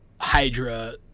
Hydra